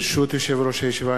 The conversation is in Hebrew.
ברשות יושב-ראש הישיבה,